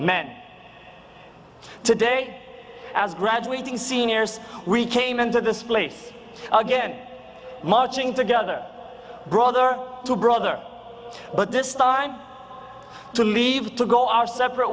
men today as graduating seniors we came into this place again marching together brother to brother but this time to leave to go our separate